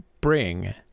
bring